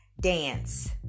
Dance